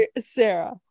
Sarah